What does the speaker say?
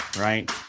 Right